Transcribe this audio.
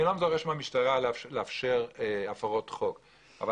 אני לא דורש מהמשטרה לאפשר הפרות חוק אבל